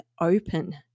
open